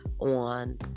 on